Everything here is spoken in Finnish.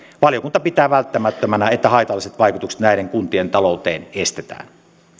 valiokunta pitää välttämättömänä että haitalliset vaikutukset näiden kuntien talouteen estetään